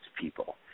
people